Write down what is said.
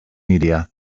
media